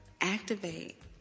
activate